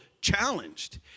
challenged